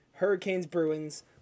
Hurricanes-Bruins